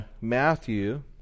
matthew